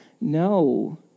No